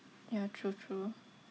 ya true true